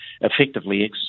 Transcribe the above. effectively